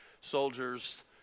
soldiers